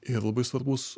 ir labai svarbus